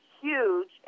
huge